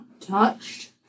Touched